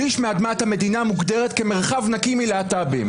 שליש מאדמת המדינה מוגדרת כמרחב נקי מלהט"בים.